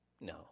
No